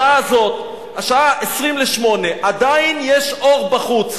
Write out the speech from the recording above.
בשעה הזאת, השעה 19:40, עדיין יש אור בחוץ.